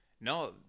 no